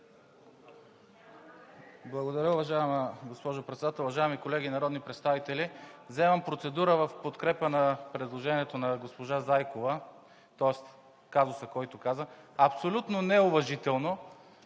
Благодаря, уважаема госпожо Председател. Уважаеми колеги народни представители! Вземам процедура в подкрепа на предложението на госпожа Зайкова, тоест казусът, който казва, абсолютно неуважително